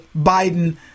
Biden